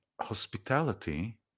hospitality